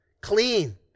clean